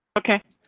okay,